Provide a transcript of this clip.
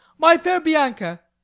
my fair bianca,